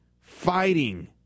fighting